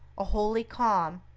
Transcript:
a holy calm,